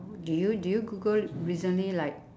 do you do you googled recently like